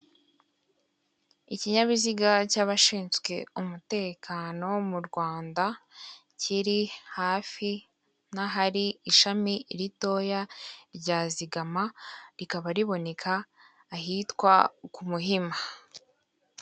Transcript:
Ikinyabiziga cy'abashinzwe umutekano mu Rwanda, kiri hafi n'ahari ishami ritoya rya zigama, rikaba riboneka ahitwa ku Muhima.